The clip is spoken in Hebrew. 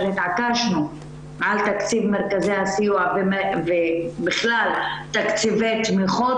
התעקשנו על תקציב מרכזי הסיוע ובכלל תקציבי תמיכות,